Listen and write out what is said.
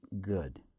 good